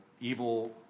evil